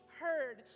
heard